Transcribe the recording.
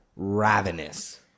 ravenous